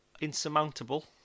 insurmountable